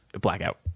blackout